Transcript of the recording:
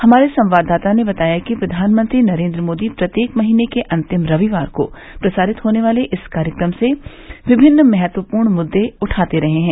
हमारे संवाददाता ने बताया है कि प्रधानमंत्री मोदी प्रत्येक महीने के अंतिम रविवार को प्रसारित होने वाले इस कार्यक्रम से विभिन्न महत्वपूर्ण मुद्दे उठाते रहें हैं